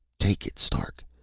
take it, stark.